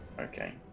Okay